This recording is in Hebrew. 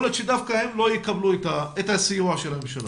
יכול להיות שדווקא הם לא יקבלו את הסיוע של הממשלה.